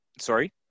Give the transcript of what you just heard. sorry